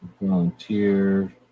volunteer